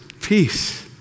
peace